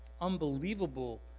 unbelievable